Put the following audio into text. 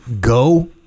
go